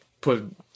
put